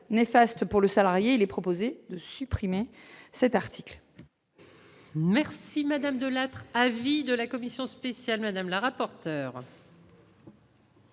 néfaste pour le salarié, les proposé de supprimer cet article.